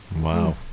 Wow